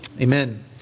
Amen